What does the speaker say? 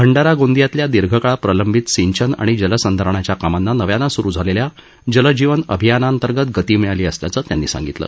भंडारा गोदिंयातल्या दीर्घकाळ प्रलंबित सिंचन आणि जल संधारणाच्या कामांना नव्यानं सुरु झालेल्या जलजीवन अभियानाअंतर्गत गती मिळाली असल्याचं त्यांनी सांगितलं